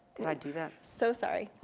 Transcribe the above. did i do that? so sorry.